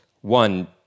one